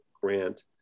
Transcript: grant